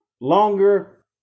longer